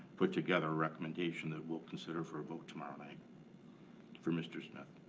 put together a recommendation that we'll consider for a vote tomorrow night for mr. smith.